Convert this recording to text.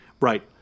Right